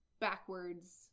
backwards